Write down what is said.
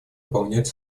выполнять